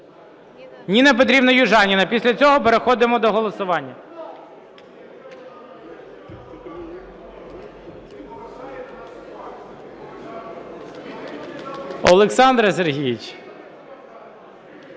Ніна Петрівна Южаніна. Після цього переходимо до голосування. (Шум у залі) Олександре Сергійовичу,